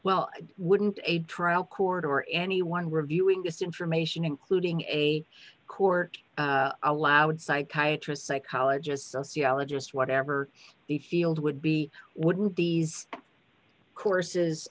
well wouldn't a trial court or anyone reviewing this information including a court allowed psychiatry psychologist sociologists whatever the field would be wouldn't these courses